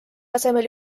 asemel